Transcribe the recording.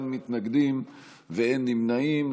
אין מתנגדים ואין נמנעים.